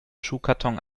schuhkarton